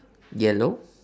yellow